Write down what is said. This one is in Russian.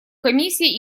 комиссией